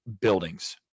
buildings